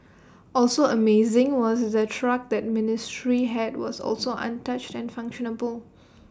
also amazing was the truck the ministry had was also untouched and functional